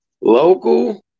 Local